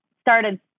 started